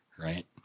Right